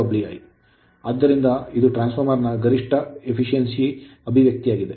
ಆದ್ದರಿಂದ ಇದು transformer ನ ಗರಿಷ್ಠ ದಕ್ಷತೆಯ ಅಭಿವ್ಯಕ್ತಿಯಾಗಿದೆ